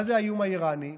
מה זה האיום האיראני?